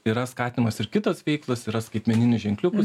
yra skatinamos ir kitos veiklos yra skaitmeninių ženkliukų